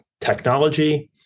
technology